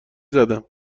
زدم